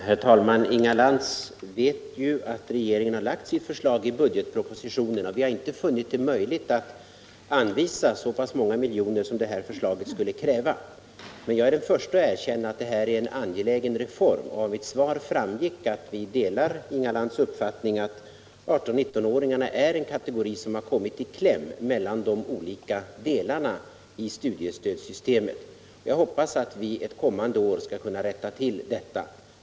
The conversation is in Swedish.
Herr talman! Inga Lantz vet att regeringen har lagt sitt förslag i budgetpropositionen, och vi har inte funnit det möjligt att anvisa så många miljoner som det här förslaget skulle kräva. Men jag är den förste att erkänna att detta är en angelägen reform, och av mitt svar framgick att vi delar Inga Lantz uppfattning att 18-20-åringarna är en kategori som har kommit i kläm mellan de olika delarna i studiestödssystemet. Jag hoppas att vi ett kommande år skall kunna rätta till detta.